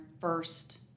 first